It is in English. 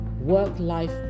work-life